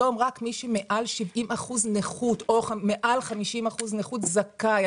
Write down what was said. היום רק מי שמעל 70% נכות או מעל 50% נכות זכאי.